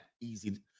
easy